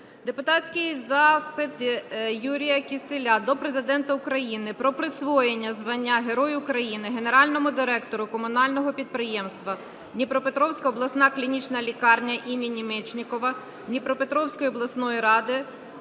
Депутатський запит Юрія Кісєля до Президента України про присвоєння звання Герой України генеральному директору комунального підприємства "Дніпропетровська обласна клінічна лікарня імені Мечникова" Дніпропетровської обласної ради"